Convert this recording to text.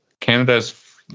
Canada's